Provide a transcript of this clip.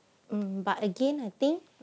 um but again I think